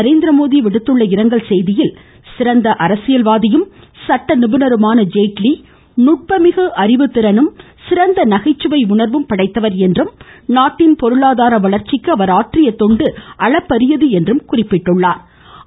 நரேந்திரமோடி விடுத்துள்ள இரங்கல் செய்தியில் சிறந்த அரசியல்வாதியும் சட்ட நிபுணருமான ஜேட்லி நுட்பமிகு அறிவுத்திறனும் சிறந்த நகைச்சுவை உணர்வும் படைத்தவர் என்றும் நாட்டின் பொருளாதார வளர்ச்சிக்கு அவர் ஆற்றிய தொண்டு அளப்பரியது என்றும் குறிப்பிட்டுள்ளா்